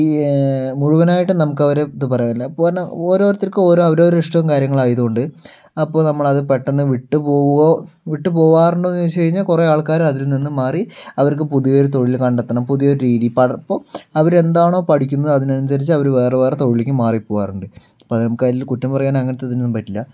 ഈ മുഴുവനായിട്ട് നമുക്ക് അവരെ ഇതു പറയാൻ പറ്റില്ല ഇപ്പോഴെന്നെ ഓരോരുത്തർക്കും ഓരോ അവരവരുടെ ഇഷ്ടവും കാര്യങ്ങളും ആയതുകൊണ്ട് അപ്പോൾ നമ്മൾ അത് പെട്ടെന്ന് വിട്ടു പോവുകയോ വിട്ട് പോവാറുണ്ടോയെന്ന് ചോദിച്ചു കഴിഞ്ഞാൽ കുറെ ആൾക്കാർ അതിൽ നിന്ന് മാറി അവർക്ക് പുതിയ ഒരു തൊഴിൽ കണ്ടെത്തണം പുതിയ ഒരു രീതി ഇപ്പോൾ അവർ എന്താണോ പഠിക്കുന്നത് അതിന് അനുസരിച്ച് അവർ വേറെ വേറെ തൊഴിലിലേക്ക് മാറിപോവാറുണ്ട് അപ്പോൾ അതിൽ കുറ്റം പറയാൻ അങ്ങനത്തെ ഇതിനൊന്നും പറ്റില്ല